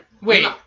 Wait